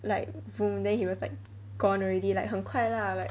like vroom then he was like gone already like 很快 lah